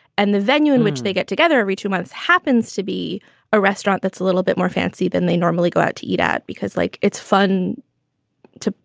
and the venue in which they get together every two months happens to be a restaurant that's a little bit more fancy than they normally go out to eat at because like it's fun to,